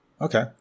Okay